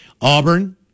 Auburn